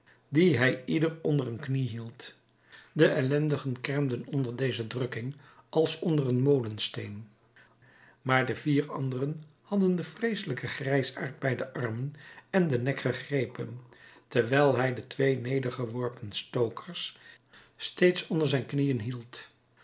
die hij ieder onder een knie hield de ellendigen kermden onder deze drukking als onder een molensteen maar de vier anderen hadden den vreeselijken grijsaard bij de armen en den nek gegrepen terwijl hij de twee nedergeworpen stokers steeds onder zijne knieën hield